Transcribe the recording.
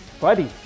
buddy